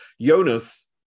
Jonas